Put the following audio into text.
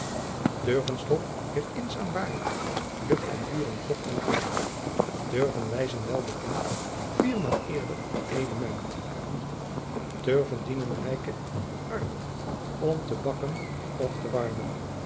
lijnslager turvenstof heeft insaam waarde lucht en vier en vocht en aarde turven wijzen wel bekend viermaal ieder element turven dienen rijke en armen om te bakken of te warmen